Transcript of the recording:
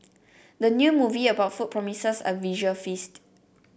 the new movie about food promises a visual feast